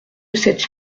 sept